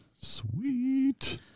Sweet